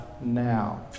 now